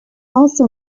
also